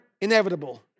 inevitable